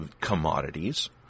commodities